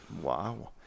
Wow